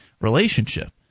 relationship